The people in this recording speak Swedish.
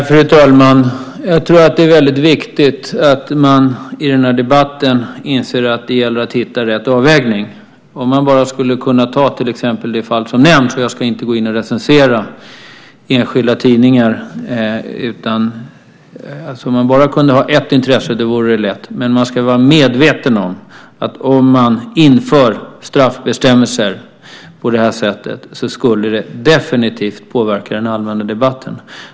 Fru talman! Jag tror att det är väldigt viktigt att man i den här debatten inser att det gäller att hitta rätt avvägning. Om man bara skulle kunna ta till exempel det fall som nämnts - jag ska inte gå in och recensera enskilda tidningar - och bara kunde ha ett intresse vore det lätt, men man ska vara medveten om att om man inför straffbestämmelser på det här sättet så skulle det definitivt påverka den allmänna debatten.